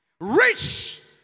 Rich